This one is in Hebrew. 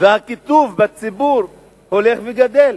והקיטוב בציבור הולך וגדל.